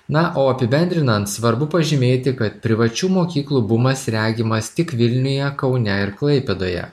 na o apibendrinant svarbu pažymėti kad privačių mokyklų bumas regimas tik vilniuje kaune ir klaipėdoje